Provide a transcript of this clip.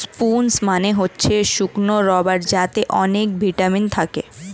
prunes মানে হচ্ছে শুকনো বরাই যাতে অনেক ভিটামিন থাকে